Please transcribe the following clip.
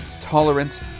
tolerance